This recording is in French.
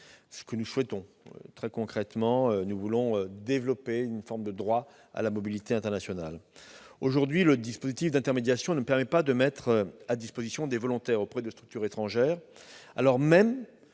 Nous souhaitons ainsi mettre en oeuvre une forme de droit à la mobilité internationale. Aujourd'hui, le dispositif d'intermédiation ne permet pas de mettre à disposition des volontaires auprès de structures étrangères, alors même